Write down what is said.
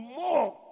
more